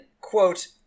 quote